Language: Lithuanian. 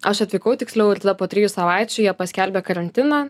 aš atvykau tiksliau ir tada po trijų savaičių jie paskelbė karantiną